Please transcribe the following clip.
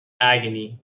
agony